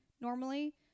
normally